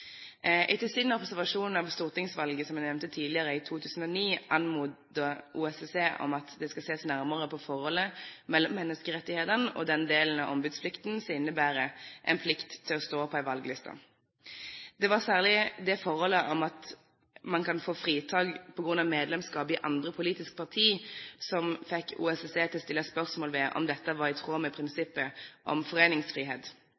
Etter sin observasjon av stortingsvalget i 2009, som jeg nevnte tidligere, anmodet OSSE om at det skal ses nærmere på forholdet mellom menneskerettighetene og den delen av ombudsplikten som innebærer en plikt til å stå på en valgliste. Det var særlig det forholdet om at man kan få fritak på grunn av medlemskap i andre politiske partier, som fikk OSSE til å stille spørsmål ved om dette var i tråd med